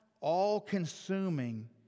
all-consuming